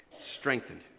strengthened